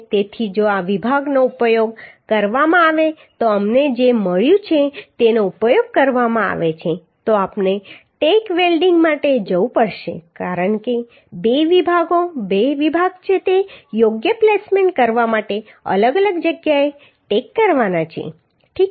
તેથી જો આ વિભાગનો ઉપયોગ કરવામાં આવે તો અમને જે મળ્યું છે તેનો ઉપયોગ કરવામાં આવે છે તો આપણે ટેક વેલ્ડીંગ માટે જવું પડશે કારણ કે બે વિભાગો બે વિભાગ છે તે યોગ્ય પ્લેસમેન્ટ કરવા માટે અલગ અલગ જગ્યાએ ટેક કરવાના છે ઠીક છે